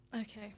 Okay